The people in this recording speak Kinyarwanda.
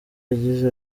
yagize